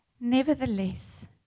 Nevertheless